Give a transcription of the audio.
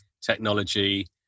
technology